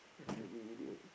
video